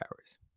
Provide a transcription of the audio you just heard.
hours